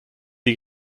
des